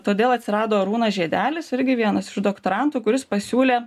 todėl atsirado arūnas žiedelis irgi vienas iš doktorantų kuris pasiūlė